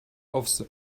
aufs